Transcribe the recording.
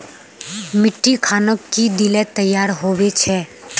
मिट्टी खानोक की दिले तैयार होबे छै?